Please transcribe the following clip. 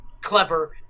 clever